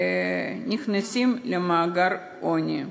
והם נכנסים למעגל עוני.